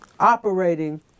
Operating